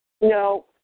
No